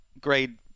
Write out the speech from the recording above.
grade –